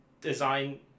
design